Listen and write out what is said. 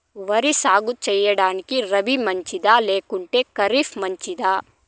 వరి సాగు సేయడానికి రబి మంచిదా లేకుంటే ఖరీఫ్ మంచిదా